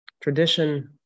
Tradition